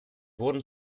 wurden